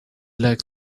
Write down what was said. like